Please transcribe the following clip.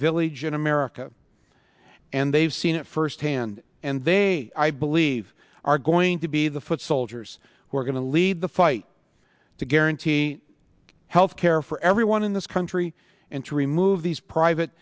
village in america and they've seen it firsthand and they i believe are going to be the foot soldiers who are going to lead the fight to guarantee health care for everyone in this country and to remove these private